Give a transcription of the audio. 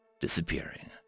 disappearing